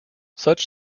such